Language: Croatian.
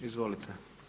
Izvolite.